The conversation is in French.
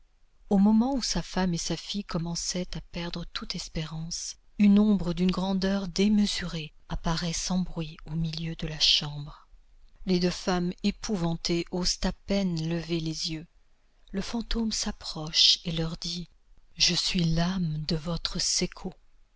au moment où sa femme et sa fille commençaient à perdre toute espérance une ombre d'une grandeur démesurée apparaît sans bruit au milieu de la chambre les deux femmes épouvantées osent à peine lever les yeux le fantôme s'approche et leur dit je suis l'âme de votre